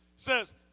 says